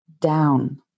down